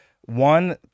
one